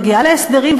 מגיעה להסדרים,